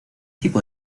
tipo